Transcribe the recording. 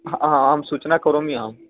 हा आं सूचनां करोमि अहं